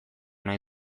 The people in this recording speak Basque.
nahi